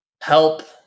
help